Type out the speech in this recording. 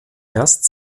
erst